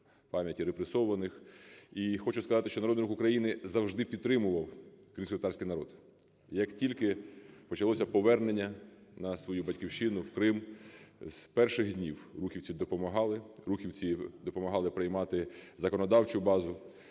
пам'яті репресованих. І хочу сказати, що Народний Рух України завжди підтримував кримськотатарський народ. Як тільки почалося повернення на свою Батьківщину, в Крим, з перших днів рухівці допомагали, рухівці допомагали приймати законодавчу базу.